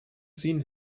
seen